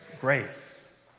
Grace